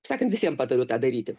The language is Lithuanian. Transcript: sakant visiem patariu tą daryti